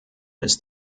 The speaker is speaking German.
ist